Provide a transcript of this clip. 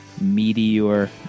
meteor